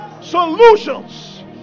solutions